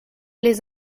les